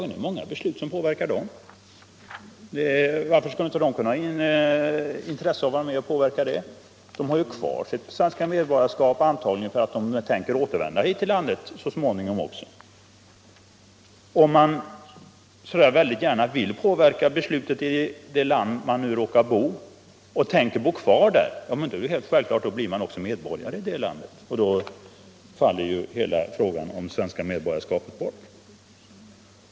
Det är många beslut som påverkar dem. Varför skulle inte de ha något intresse av att vara med därvidlag? De har ju kvar sitt svenska medborgarskap, antagligen därför att de tänker återvända hit till landet så småningom. Om man väldigt gärna vill påverka besluten i det land där man råkar bo och om man tänker bo kvar där är det helt självklart att man också blir medborgare i det landet, och då faller hela frågan om det svenska medborgarskapet bort.